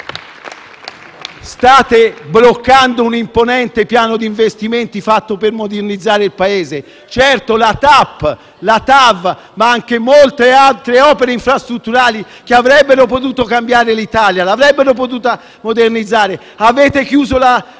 State bloccando un imponente piano di investimenti, fatto per modernizzare il Paese (certo, la TAP, la TAV, ma anche molte altre opere infrastrutturali), che avrebbero potuto cambiare l'Italia, avrebbero potuto modernizzarla. Avete chiuso la